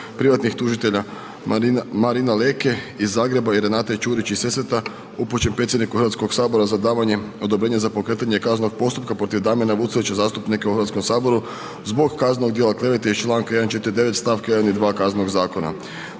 privatnih tužitelja Marina Leke iz Zagreba i Renate Ćurić iz Sesveta upućen predsjedniku HS za davanjem odobrenja za pokretanje kaznenog postupka protiv Damjana Vucelića, zastupnika u HS zbog kaznenog djela klevete iz čl. 149. st. 1. i 2. Kaznenog zakona.